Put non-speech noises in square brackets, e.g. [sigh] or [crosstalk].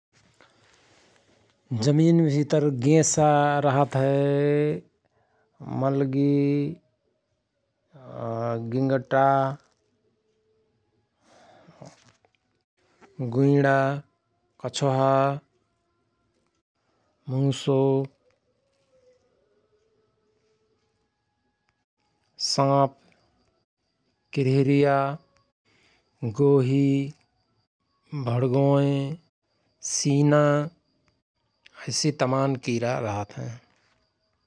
जमिन भितर गेंसा रहत हय, मलगी [hesitation] गिगटा गुईणा, कछुहा, मुसो, साँप, किरहिरिया, गोही, भणगोयह, सिना ऐसि तमान किरा रहत हयं ।